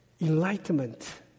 Enlightenment